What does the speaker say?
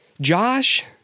Josh